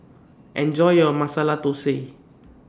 Enjoy your Masala Thosai